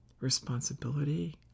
responsibility